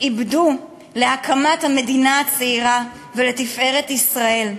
עיבדו להקמת המדינה הצעירה ולתפארת ישראל.